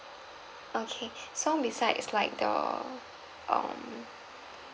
okay so besides like the um